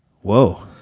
Whoa